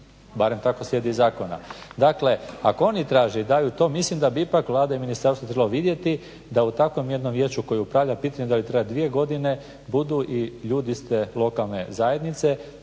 Barem tako slijedi iz zakona. Dakle, ako oni traže i daju to mislim da bi ipak vlada i ministarstvo trebalo vidjeti da u takvom jednom vijeću koje upravlja pitanje da li traje dvije godine budu i ljudi iz lokalne zajednice.